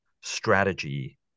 strategy